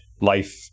life